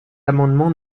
amendement